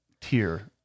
tier